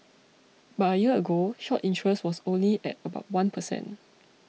but a year ago short interest was only at about one per cent